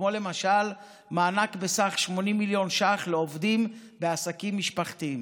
כמו למשל מענק בסך 80 מיליון ש"ח לעובדים בעסקים משפחתיים.